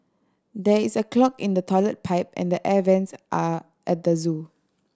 there is a clog in the toilet pipe and the air vents are at the zoo